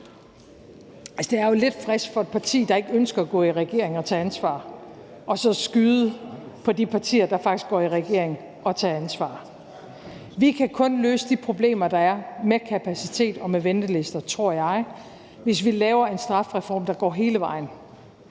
Det er jo lidt frisk af et parti, der ikke ønsker at gå i regering og tage ansvar, så at skyde på de partier, der faktisk går i regering og tager ansvar. Vi kan kun løse de problemer, der er med kapacitet og med ventelister, tror jeg, hvis vi laver en strafreform, der går hele vejen.